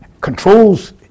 controls